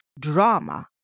drama